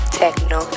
techno